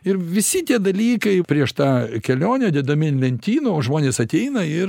ir visi tie dalykai prieš tą kelionę dedami ant lentynų o žmonės ateina ir